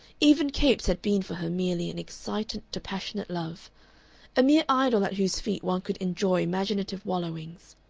even capes had been for her merely an excitant to passionate love a mere idol at whose feet one could enjoy imaginative wallowings.